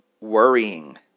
Worrying